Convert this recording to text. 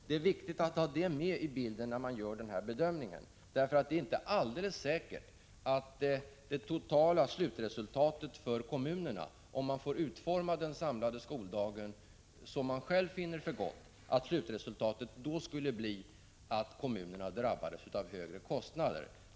Det är viktigt att ha det med i bilden när denna bedömning görs, därför att det är inte alldeles säkert att det totala slutresultatet för kommunerna — om de får utforma den samlade skoldagen som de själva finner för gott — blir att de drabbas av högre kostnader.